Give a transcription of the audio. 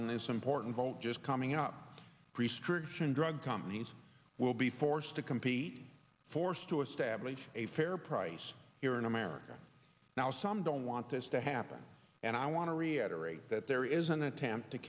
on this important vote just coming up priest christian drug companies will be forced to compete forced to establish a fair price here in america now some don't want this to happen and i want to reiterate that there is an attempt to